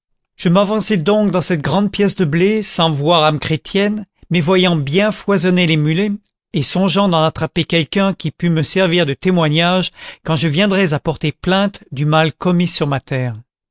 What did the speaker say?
je m'avançai donc dans cette grande pièce de blé sans voir âme chrétienne mais voyant bien foisonner les mulets et songeant d'en attraper quelqu'un qui pût me servir de témoignage quand je viendrais à porter plainte du mal commis sur ma terre